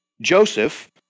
Joseph